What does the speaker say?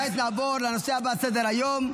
כעת נעבור לנושא הבא על סדר-היום,